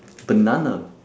banana